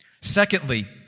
Secondly